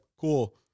cool